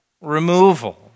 removal